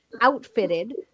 outfitted